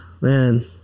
man